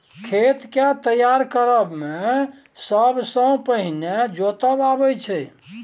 खेत केँ तैयार करब मे सबसँ पहिने जोतब अबै छै